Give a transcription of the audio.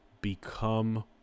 Become